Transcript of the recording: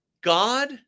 God